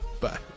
Bye